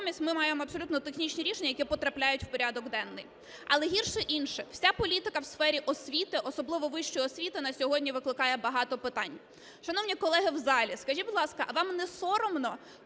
ми маємо абсолютно технічні рішення, які потрапляють в порядок денний. Але гірше інше – вся політика в сфері освіти, особливо вищої освіти, на сьогодні викликає багато питань. Шановні колеги в залі, скажіть, будь ласка, а вам не соромно,